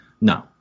No